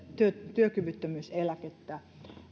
työkyvyttömyyseläkettä